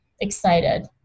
excited